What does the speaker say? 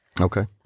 Okay